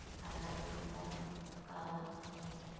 आधार बीज का ला कथें?